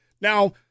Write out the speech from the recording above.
Now